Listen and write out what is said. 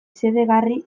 suertatu